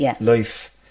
life